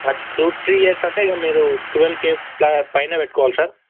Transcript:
two three years అంటే ఇక మీరు టువల్ కే ప పైన పెట్టుకోవాలి సార్